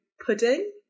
pudding